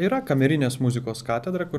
yra kamerinės muzikos katedra kur